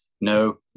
no